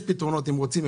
אם רוצים,